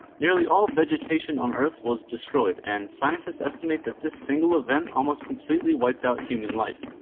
nearly all vegetation on earth was destroyed and scientists estimate that this single event almost completely wiped out human life.